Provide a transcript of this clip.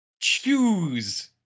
choose